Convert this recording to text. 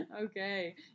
okay